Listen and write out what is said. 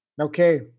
Okay